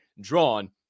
drawn